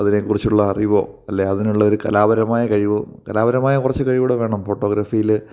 അതിനെ കുറിച്ചുള്ള അറിവോ അല്ലെ അതിനുള്ള ഒരു കലാപരമായ കഴിവോ കലാപരമായ കുറച്ച് കഴിവു കൂടി വേണം ഫോട്ടോഗ്രഫിയിൽ